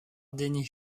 denny